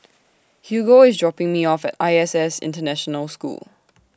Hugo IS dropping Me off At I S S International School